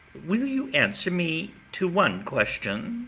will you answer me to one question?